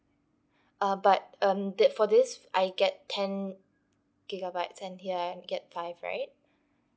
uh but um t~ for this I get ten gigabytes and here I get five right